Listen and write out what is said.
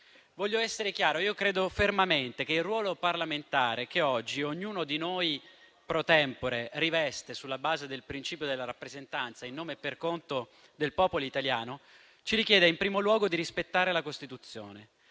Voglio essere chiaro: io credo fermamente che il ruolo parlamentare che oggi ognuno di noi *pro tempore* riveste sulla base del principio della rappresentanza, in nome e per conto del popolo italiano, ci richieda in primo luogo di rispettare la Costituzione.